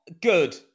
Good